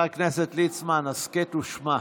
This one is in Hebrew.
חבר הכנסת ליצמן, הסכת ושמע.